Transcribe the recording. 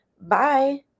bye